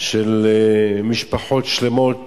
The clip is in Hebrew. של משפחות שלמות